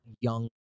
young